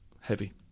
heavy